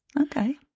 Okay